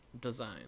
design